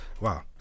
Wow